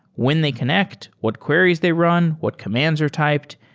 when they connect? what queries they run? what commands are typed?